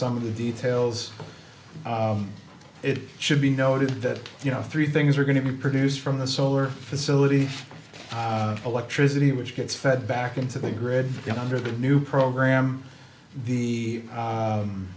some of the details it should be noted that you know three things are going to be produced from the solar facility electricity which gets fed back into the grid and under the new program the